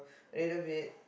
little bit